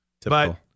Typical